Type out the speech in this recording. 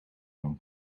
van